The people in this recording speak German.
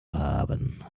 haben